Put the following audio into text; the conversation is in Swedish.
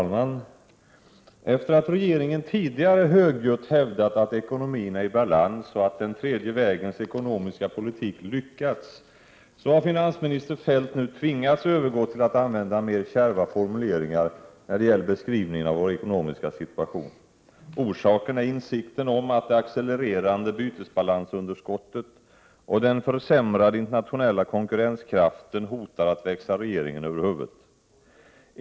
Fru talman! Efter det att regeringen tidigare högljutt hävdat att ekonomin är i balans och att den ”tredje vägens ekonomiska politik” lyckats, har finansminister Feldt nu tvingats övergå till att använda mer kärva formuleringar när det gäller beskrivningen av vår ekonomiska situation. Orsaken är insikten om att det accelererande bytesbalansunderskottet och den försämrade internationella konkurrenskraften hotar att växa regeringen över huvudet.